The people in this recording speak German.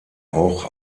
auch